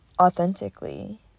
authentically